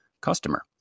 customer